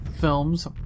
films